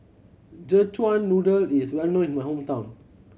Szechuan Noodle is well known in my hometown